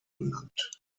benannt